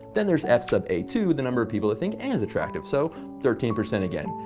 then there's f sub a two the number of people that think ann is attractive, so thirteen percent again.